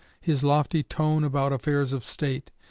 his lofty tone about affairs of state,